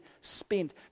spent